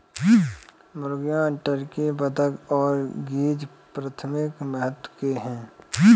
मुर्गियां, टर्की, बत्तख और गीज़ प्राथमिक महत्व के हैं